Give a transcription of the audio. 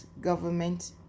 government